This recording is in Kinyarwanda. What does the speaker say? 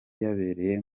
yibereye